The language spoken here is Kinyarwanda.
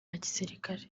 gisirikare